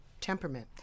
temperament